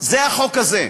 זה החוק הזה.